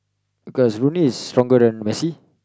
cause Roonie is stronger than Messi